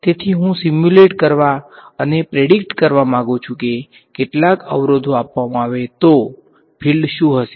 તેથી હું સીમ્યુલેટ કરવા અને પ્રેડીકટ કરવા માંગુ છું કે કેટલાક અવરોધો આપવામાં આવે તો ફિલ્ડ શું હશે